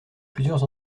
plusieurs